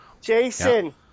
Jason